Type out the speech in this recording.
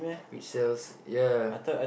which sells ya ya ya